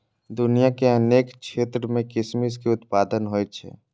दुनिया के अनेक क्षेत्र मे किशमिश के उत्पादन होइ छै